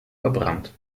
verbrannt